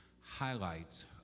highlights